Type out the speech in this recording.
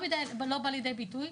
לא בא לידי ביטוי,